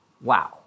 Wow